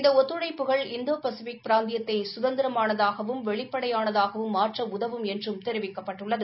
இந்த ஒத்துழைப்புகள் Indo Pacific பிராந்தியத்தை சுதந்திரமானதாகவும் வெளிப்படையானதாகவும் மாற்ற உதவும் என்றும் தெரிவிக்கப்பட்டுள்ளது